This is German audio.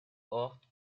ort